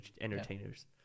entertainers